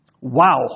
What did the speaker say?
Wow